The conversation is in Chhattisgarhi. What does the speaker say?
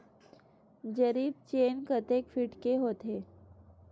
जरीब चेन कतेक फीट के होथे?